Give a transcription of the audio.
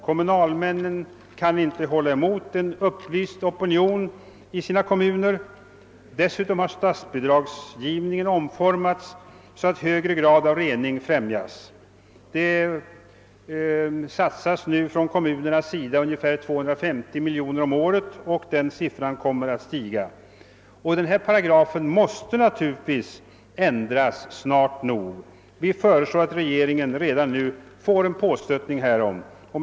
Kommunalmännen kan inte hålla stånd emot en upplyst opinion i sina kommuner. Dessutom har statsbidragsgivningen omformats, så att högre grad av rening främjas. Det satsas nu från kommunernas sida ungefär 250 miljoner kronor om året, och den siffran kom mer att stiga. Denna paragraf måste naturligtvis ändras snart nog. Vi föreslår att regeringen redan nu får en påstötning härom. Herr talman!